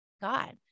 God